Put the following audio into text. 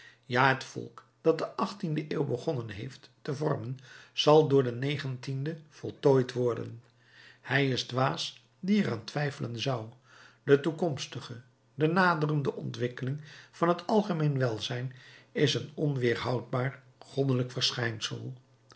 ja het volk dat de achttiende eeuw begonnen heeft te vormen zal door de negentiende voltooid worden hij is dwaas die er aan twijfelen zou de toekomstige de naderende ontwikkeling van het algemeen welzijn is een onweerhoudbaar goddelijk verschijnsel